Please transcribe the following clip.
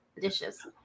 dishes